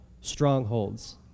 strongholds